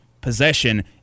possession